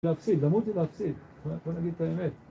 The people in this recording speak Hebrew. להפסיד, למות להפסיד, בוא נגיד את האמת